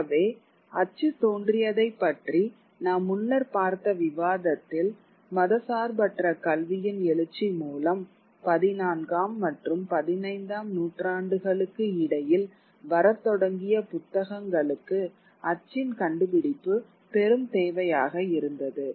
ஆகவே அச்சு தோன்றியதைப் பற்றி நாம் முன்னர் பார்த்த விவாதித்ததில் மதச்சார்பற்ற கல்வியின் எழுச்சி மூலம் பதினான்காம் மற்றும் பதினைந்தாம் நூற்றாண்டுகளுக்கு இடையில் வரத் தொடங்கிய புத்தகங்களுக்கு அச்சின் கண்டுபிடிப்பு பெரும் தேவையாக இருந்தது